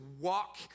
walk